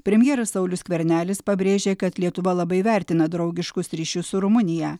premjeras saulius skvernelis pabrėžė kad lietuva labai vertina draugiškus ryšius su rumunija